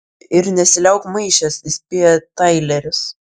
ir nesiliauk maišęs įspėja taileris